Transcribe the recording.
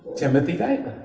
timothy geithner,